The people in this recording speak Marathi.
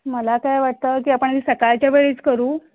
मला काय वाटतं की आपण सकाळच्या वेळीच करू